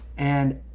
and.